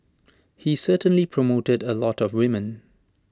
he certainly promoted A lot of women